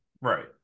Right